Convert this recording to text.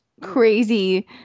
crazy